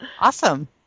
Awesome